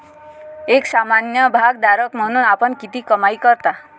एक सामान्य भागधारक म्हणून आपण किती कमाई करता?